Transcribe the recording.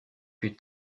plus